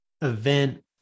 event